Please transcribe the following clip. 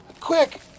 Quick